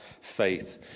Faith